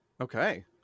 Okay